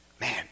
man